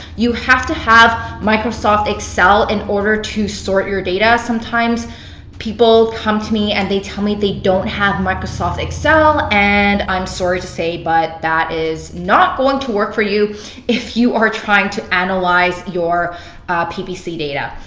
you have to have microsoft excel in order to sort your data. sometimes people come to me and they tell me they don't have microsoft excel and i am sorry to say but that is not going to work for you if you are trying to analyze your ppc data.